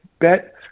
bet